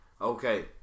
Okay